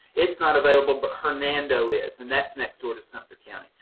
it's not available, but hernando is and that's next door to sumpter county.